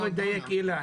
אתה לא מדייק, אילן.